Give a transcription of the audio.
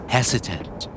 Hesitant